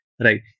right